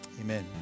Amen